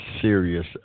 serious